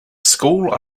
school